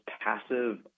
passive